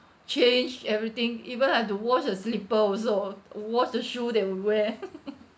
change everything even have to wash the slipper also wash the shoes they'll wear